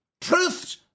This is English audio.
Truth's